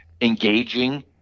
engaging